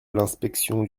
l’inspection